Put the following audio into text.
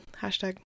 hashtag